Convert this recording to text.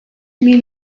mille